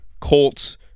Colts